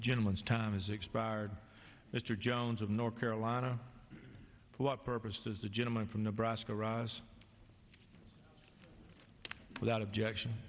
gentleman's time has expired mr jones of north carolina for what purpose does the gentleman from nebraska ross without objection